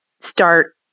start